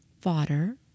fodder